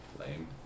Lame